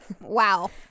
Wow